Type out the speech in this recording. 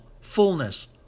fullness